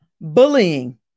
bullying